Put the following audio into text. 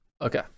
Okay